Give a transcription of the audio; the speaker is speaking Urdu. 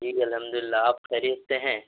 جی الحمد للہ آپ خیریت سے ہیں